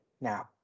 now